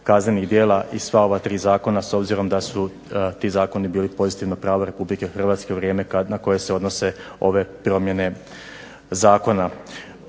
kaznenih djela iz sva ova tri zakona s obzirom da su ti zakoni bili pozitivno pravo Republike Hrvatske u vrijeme na koje se odnose ove promjene zakona.